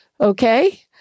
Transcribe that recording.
Okay